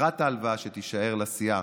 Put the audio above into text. יתרת ההלוואה שתישאר לסיעה